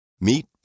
Meet